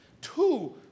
two